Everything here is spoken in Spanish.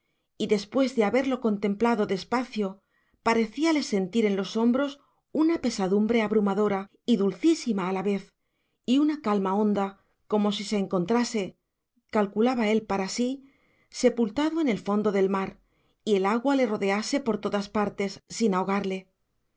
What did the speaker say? y después de haberlo contemplado despacio parecíale sentir en los hombros una pesadumbre abrumadora y dulcísima a la vez y una calma honda como si se encontrase calculaba él para sí sepultado en el fondo del mar y el agua le rodease por todas partes sin ahogarle